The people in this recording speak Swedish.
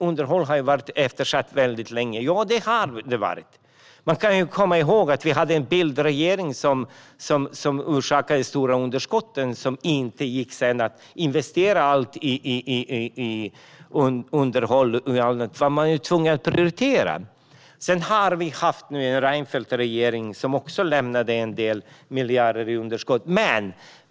Underhållet har varit eftersatt länge. Bildtregeringen orsakade stora underskott, och då gick det inte att investera i underhåll. Man var tvungen att prioritera. Sedan lämnade Reinfeldtregeringen också en del miljarder i underskott.